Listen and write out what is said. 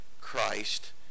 Christ